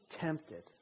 tempted